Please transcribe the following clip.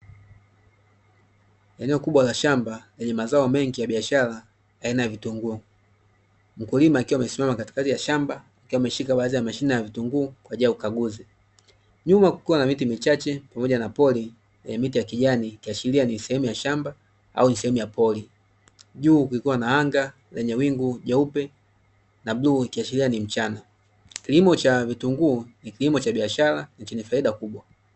Eneo kubwa la shamba lenye mazao mengi ya biashara aina ya vitunguu. Mkulima akiwa amesimama katikati ya shamba akiwa ameshika baadhi ya mashine ya vitunguu kwa ajili ya ukaguzi. Nyuma kukiwa na miti michache pamoja na pori lenye miti ya kijani ikiashiria ni sehemu ya shamba au ni sehemu ya pori. Juu kukiwa na anga lenye wingu jeupe na bluu ikiashiria ni mchana. kilimo cha vitunguu ni kilimo cha biashara na chenye faida kubwa.